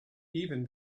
even